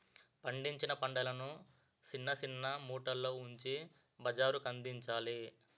పండించిన పంటలను సిన్న సిన్న మూటల్లో ఉంచి బజారుకందించాలి